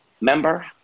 member